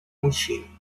мужчин